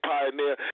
Pioneer